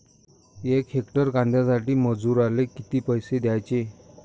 यक हेक्टर कांद्यासाठी मजूराले किती पैसे द्याचे?